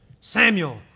Samuel